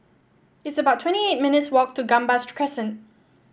it's about twenty eight minutes' walk to Gambas Crescent